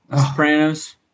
Sopranos